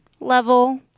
level